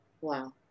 Wow